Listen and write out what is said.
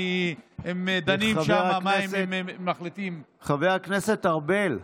הם דנים שם, מה הם מחליטים, חבר הכנסת ארבל,